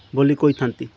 ବୋଲି କହିଥାନ୍ତି